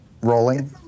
rolling